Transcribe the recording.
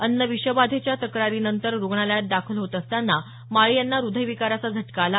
अन्न विषबाधेच्या तक्रारीनंतर रुग्णालयात दाखल होत असताना माळी यांना हृदयविकाराचा झटका आला